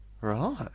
Right